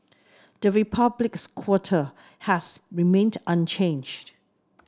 the Republic's quota has remained unchanged